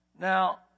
Now